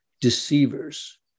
deceivers